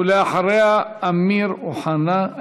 אחריה, אמיר אוחנה.